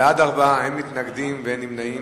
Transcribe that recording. בעד, 4, אין מתנגדים ואין נמנעים.